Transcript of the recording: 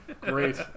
Great